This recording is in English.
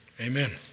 amen